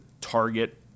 target